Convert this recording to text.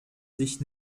sich